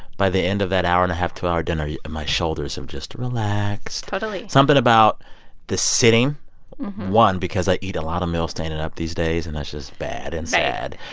by the end of that hour and a half, two hour dinner, yeah my shoulders have just relaxed totally something about the sitting one, because i eat a lot of meals standing up these days. and that's just bad and sad.